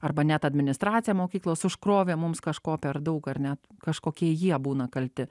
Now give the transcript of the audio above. arba net administracija mokyklos užkrovė mums kažko per daug ar ne kažkokie jie būna kalti